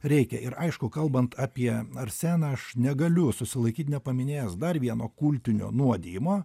reikia ir aišku kalbant apie arseną aš negaliu susilaikyt nepaminėjęs dar vieno kultinio nuodijimo